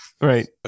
Right